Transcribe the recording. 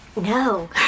No